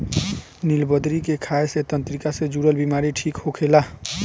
निलबदरी के खाए से तंत्रिका से जुड़ल बीमारी ठीक होखेला